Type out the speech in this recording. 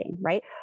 right